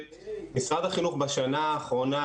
משרד החינוך בשנה האחרונה,